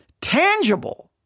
tangible